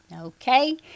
Okay